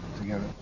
Together